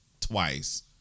Twice